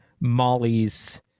Molly's